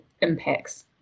impacts